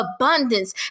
abundance